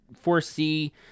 foresee